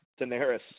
Daenerys